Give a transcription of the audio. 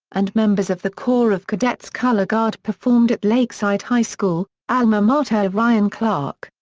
and members of the corps of cadets color guard performed at lakeside high school, alma mater of ryan clark,